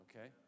okay